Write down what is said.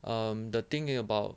um the thing about